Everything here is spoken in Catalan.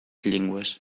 llengües